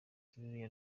ruriya